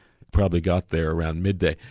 probably got there around midday,